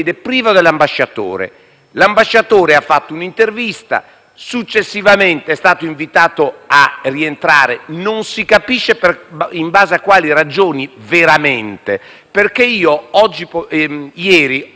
successivamente è stato invitato a rientrare (ma non si capisce in base a quali ragioni, veramente). Ieri ho esaminato i testi delle sue risposte in Commissione affari